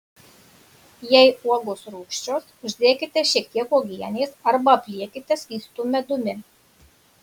jei uogos rūgščios uždėkite šiek tiek uogienės arba apliekite skystu medumi